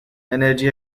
energy